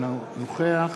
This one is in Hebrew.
אינו נוכח